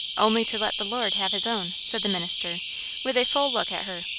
only to let the lord have his own, said the minister with a full look at her.